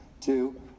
Two